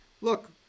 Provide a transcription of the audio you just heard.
look